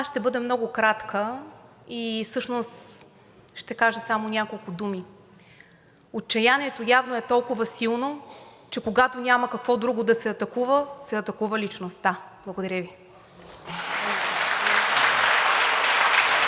ще бъда много кратка – всъщност ще кажа само няколко думи. Отчаянието явно е толкова силно, че когато няма какво друго да се атакува, се атакува личността. Благодаря Ви.